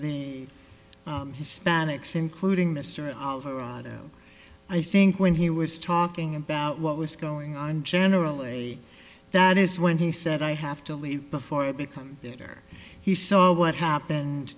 the hispanics including mr alvarado i think when he was talking about what was going on generally that is when he said i have to leave before i become better he saw what happened